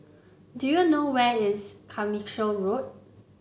do you know where is Carmichael Road